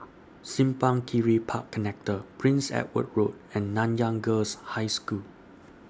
Simpang Kiri Park Connector Prince Edward Road and Nanyang Girls' High School